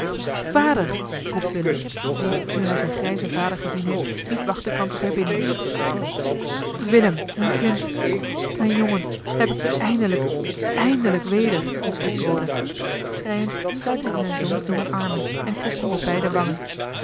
vader roept willem die nu hij zijn grijzen vader gezien heeft niet wachten kan tot hij binnen is willem mijn kind mijn jongen heb ik je eindelijk eindelijk weder roept roda schreiend sluit hij zijn zoon in zijne armen en kust hem op beide